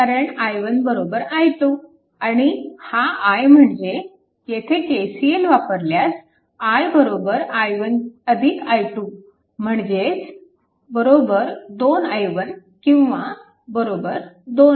कारण i1 i2 आणि हा i म्हणजे येथे KCL वापरल्यास i i1 i2 म्हणजेच 2 i1 किंवा 2 i2